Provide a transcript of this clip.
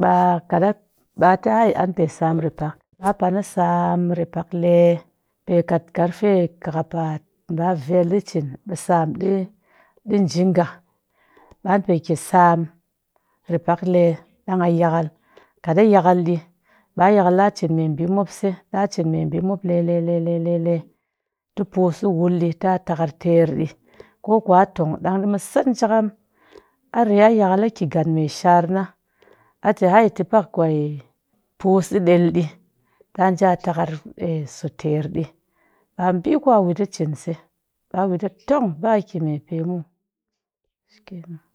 ɓa kat a ɓa ti hai an pe sam reppak, ɓa pan a sam reppak le pe kat karfe kaapaat ɓa vel ɗi cin ɓe sam ɗi ɗi nji ga; ɓe an pe ki sam repak le ɗang a yakal kat a yakal ɗi ɓa yakal a cin meɓi mop se ɗa cin meɓi mop se le le le ti pus ɗi wul ɗi ta takar ter ɗi ko kwa a tong ɗan di mu sat njakam, a rye a yakal a ki gan me sharna a ti hai ti pak kwe pus ɗi dyel ta nji a takar so ter ɗi a ɓi ku a wit a cin se ɓa wit a tong ɓa a ki meɓee muw shikenan.